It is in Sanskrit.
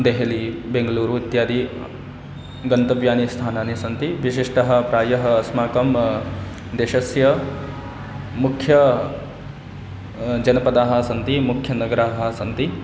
देहली बेङ्गलूरु इत्यादि गन्तव्यानि स्थानानि सन्ति विशिष्टः प्रायः अस्माकं देशस्य मुख्याः जनपदाः सन्ति मुख्याः नगराः सन्ति